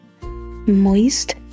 moist